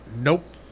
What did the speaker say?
Nope